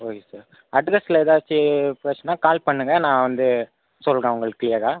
okay sir அட்ரஸில் ஏதாச்சி பிரச்சினனா கால் பண்ணுங்கள் நான் வந்து சொல்கிறேன் உங்களுக்கு கிளியராக